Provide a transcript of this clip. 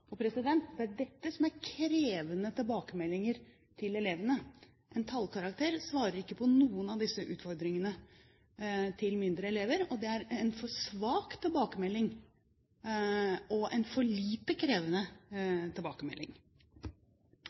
Det er dette som er krevende tilbakemeldinger til elevene. En tallkarakter svarer ikke på noen av disse utfordringene til mindre elever, og det er en for svak tilbakemelding og en for lite krevende tilbakemelding.